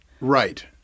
right